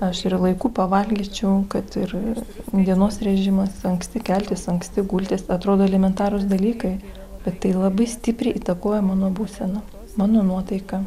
aš ir laiku pavalgyčiau kad ir dienos režimas anksti keltis anksti gultis atrodo elementarūs dalykai bet tai labai stipriai įtakoja mano būseną mano nuotaiką